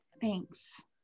thanks